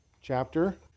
chapter